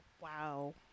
Wow